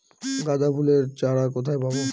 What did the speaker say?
গাঁদা ফুলের চারা কোথায় পাবো?